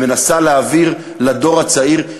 ומנסה להעביר לדור הצעיר?